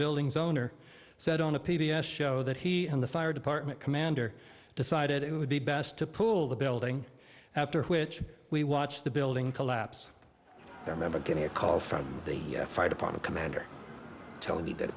building's owner said on a p b s show that he and the fire department commander decided it would be best to pull the building after which we watched the building collapse remember getting a call from the fire department commander telling me that